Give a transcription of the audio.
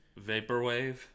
vaporwave